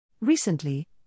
Recently